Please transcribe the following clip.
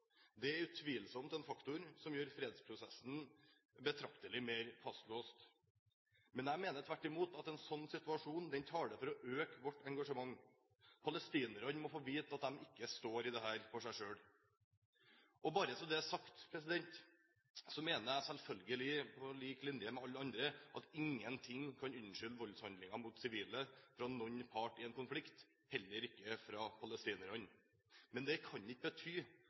er utvilsomt den faktoren som gjør fredsprosessen betraktelig mer fastlåst. Jeg mener, tvert imot, at en sånn situasjon taler for å øke vårt engasjement. Palestinerne må få vite at de ikke står i dette alene. Bare så det er sagt: Jeg mener selvfølgelig, på lik linje med alle andre, at ingenting kan unnskylde voldshandlinger mot sivile fra noen part i en konflikt, heller ikke palestinerne. Men det kan ikke bety